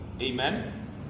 Amen